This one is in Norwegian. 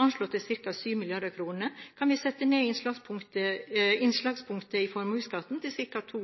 anslått til ca. 7 mrd. kr – kan vi sette ned innslagspunktet i formuesskatten til ca. 2